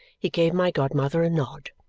he gave my godmother a nod.